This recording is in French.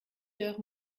heures